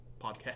podcast